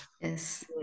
Yes